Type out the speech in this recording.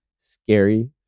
Scary